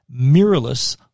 mirrorless